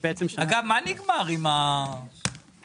אגב, מה נגמר עם עכו?